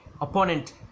opponent